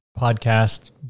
podcast